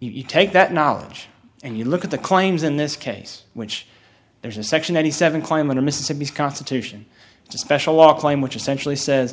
if you take that knowledge and you look at the claims in this case which there's a section ninety seven climate of mississippi's constitution it's a special law claim which essentially says